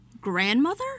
grandmother